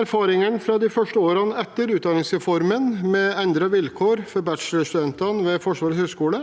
Erfaringene fra de første årene etter utdanningsreformen med endrede vilkår for bachelorstudentene ved Forsvarets høgskole